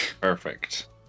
Perfect